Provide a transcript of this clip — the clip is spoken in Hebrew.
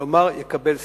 כלומר יקבל שכר.